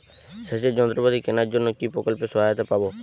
সেচের যন্ত্রপাতি কেনার জন্য কি প্রকল্পে সহায়তা পাব?